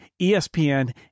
ESPN